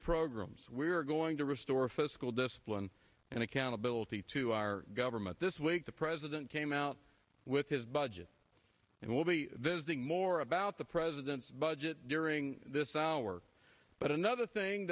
programs we are going to restore fiscal discipline and accountability to our government this week the president came out with his budget and we'll be visiting more about the president's budget during this hour but another thing